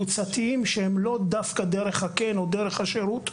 שהם לאו דווקא דרך הקן או דרך השירות.